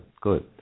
good